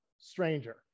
stranger